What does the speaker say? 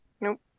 Nope